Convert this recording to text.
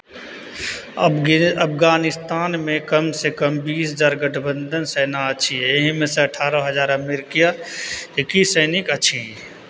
अफगानिस्तानमे कमसँ कम बीस हजार गठबन्धन सेना छिए एहिमेसँ अठारह हजार अमेरिकी सैनिक अछी